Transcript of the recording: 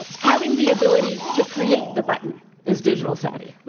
having the ability to create the button is digital savvy.